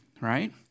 right